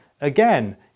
again